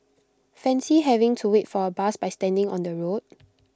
fancy having to wait for A bus by standing on the road